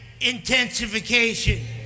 intensification